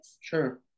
Sure